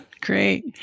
great